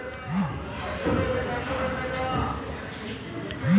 ಸಾಸಿವೆಯ ಅವಧಿ ಎಷ್ಟು?